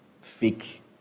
fake